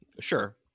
Sure